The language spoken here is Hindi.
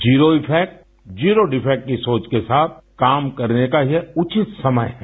जीरो इफेक्ट् जीरो डिफेक्ट की सोच के साथ काम करने का ये उचित समय है